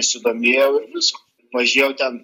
nesidomėjau ir viskas mažiau ten